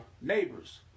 neighbors